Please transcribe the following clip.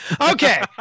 Okay